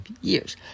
years